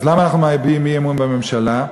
אז למה אנחנו מביעים אי-אמון בממשלה?